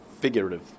figurative